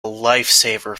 lifesaver